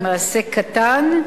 עם מעשה קטן,